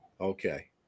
okay